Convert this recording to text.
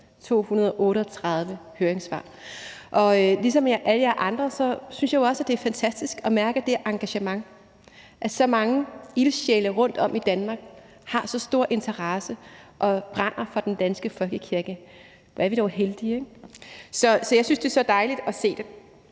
238 høringssvar – og ligesom alle jer andre synes jeg jo også, at det er fantastisk at mærke det engagement, at så mange ildsjæle rundtom i Danmark har så stor en interesse og brænder for den danske folkekirke. Hvor er vi dog heldige, ikke? Så jeg synes, det er så dejligt at se det.